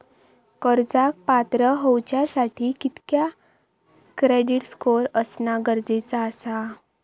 कर्जाक पात्र होवच्यासाठी कितक्या क्रेडिट स्कोअर असणा गरजेचा आसा?